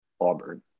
Auburn